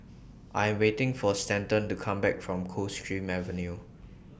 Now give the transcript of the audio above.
I Am waiting For Stanton to Come Back from Coldstream Avenue